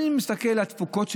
אני מסתכל על התפוקות שלהן,